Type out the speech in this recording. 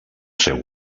seu